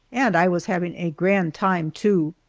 and i was having a grand time too.